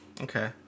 Okay